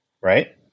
Right